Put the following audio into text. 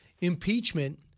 impeachment